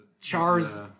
chars